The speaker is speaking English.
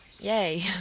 yay